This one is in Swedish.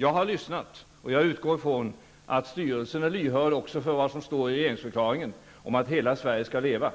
Jag har lyssnat, och jag utgår från att styrelser är lyhörda också för vad som står i regeringsdeklarationen om att hela Sverige skall leva,